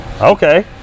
okay